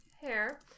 hair